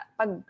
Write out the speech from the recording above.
pag